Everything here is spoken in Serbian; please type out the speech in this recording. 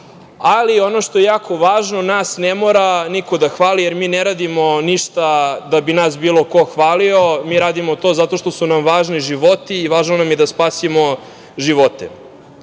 Ali, ono što je jako važno, nas ne mora niko da hvali, jer mi ne radimo ništa da bi nas bilo ko hvalio, mi radimo to zato što su nam važni životi i važno nam je da spasimo